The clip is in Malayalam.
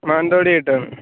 മാനന്തവാടിയായിട്ടാണ്